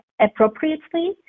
appropriately